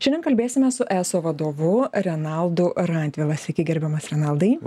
šiandien kalbėsime su eso vadovu renaldu radvila sykį gerbiamas renaldai